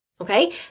Okay